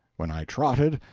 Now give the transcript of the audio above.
when i trotted,